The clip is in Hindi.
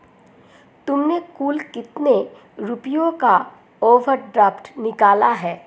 तुमने कुल कितने रुपयों का ओवर ड्राफ्ट निकाला है?